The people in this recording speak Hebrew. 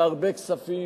והרבה כספים,